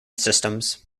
systems